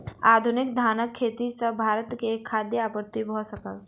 आधुनिक धानक खेती सॅ भारत के खाद्य आपूर्ति भ सकल